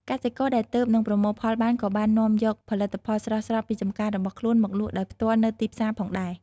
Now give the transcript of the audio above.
កសិករដែលទើបនឹងប្រមូលផលបាន ក៏បាននាំយកផលិតផលស្រស់ៗពីចម្ការរបស់ខ្លួនមកលក់ដោយផ្ទាល់នៅទីផ្សារផងដែរ។